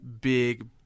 big